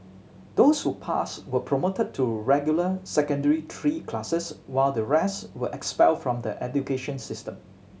those who passed were promoted to regular Secondary Three classes while the rest were expelled from the education system